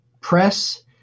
press